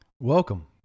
Welcome